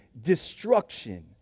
destruction